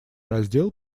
раздел